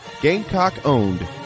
Gamecock-owned